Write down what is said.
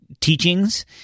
teachings